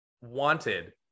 wanted